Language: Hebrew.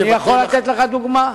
אני יכול לתת לך דוגמה.